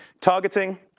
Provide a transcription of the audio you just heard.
targeting.